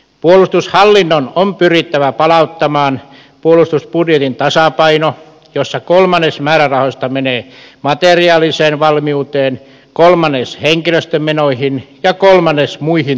puolustushallinnon on pyrittävä palauttamaan puolustusbudjetin tasapaino jossa kolmannes määrärahoista menee materiaaliseen valmiuteen kolmannes henkilöstömenoihin ja kolmannes muihin toimintamenoihin